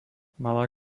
malá